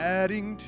adding